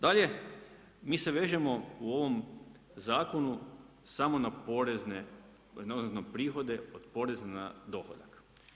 Dalje, mi se vežemo u ovom zakonu samo na porez, na prihode od porez na dohodak.